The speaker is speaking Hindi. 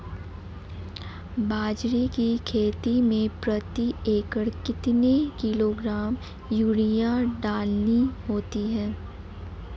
बाजरे की खेती में प्रति एकड़ कितने किलोग्राम यूरिया डालनी होती है?